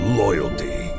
loyalty